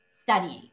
studying